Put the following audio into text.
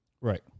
Right